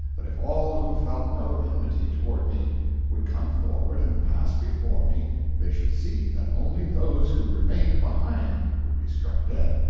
that if all who felt no enmity toward me would come forward and pass before me they should see that only those who remained behind would be struck dead.